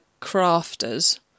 crafters